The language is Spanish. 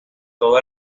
todo